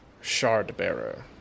Shard-bearer